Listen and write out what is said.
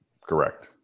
Correct